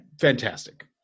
fantastic